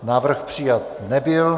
Návrh přijat nebyl.